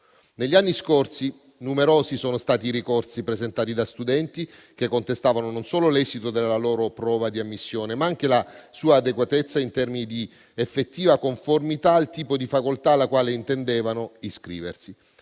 Negli anni scorsi, numerosi sono stati i ricorsi presentati da studenti che contestavano non solo l'esito della loro prova di ammissione, ma anche la sua adeguatezza in termini di effettiva conformità al tipo di facoltà alla quale intendevano iscriversi.